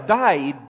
died